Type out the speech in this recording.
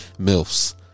milfs